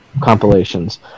compilations